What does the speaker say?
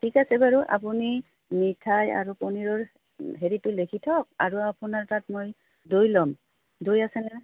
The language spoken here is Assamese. ঠিক আছে বাৰু আপুনি মিঠাই আৰু পনীৰৰ হেৰিটো লিখি থক আৰু আপোনাৰ তাত মই দৈ ল'ম দৈ আছেনে